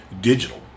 digital